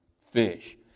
fish